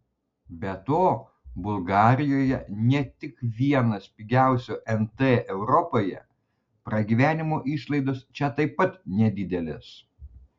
be to bulgarijoje ne tik vienas pigiausių nt europoje pragyvenimo išlaidos čia taip pat nedidelės